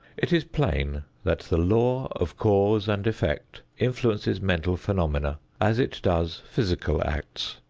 it is plain that the law of cause and effect influences mental phenomena as it does physical acts,